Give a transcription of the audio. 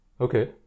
Okay